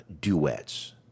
duets